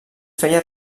feia